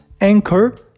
Anchor